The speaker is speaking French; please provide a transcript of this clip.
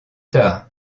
tard